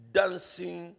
dancing